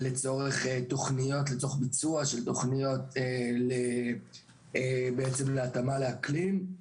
זאת לצורך ביצוע של תוכניות להתאמה לאקלים.